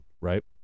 right